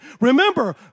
remember